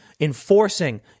enforcing